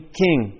king